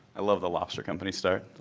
i love the lobster company start.